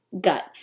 gut